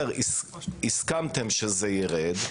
הסכמתם, שזה יירד,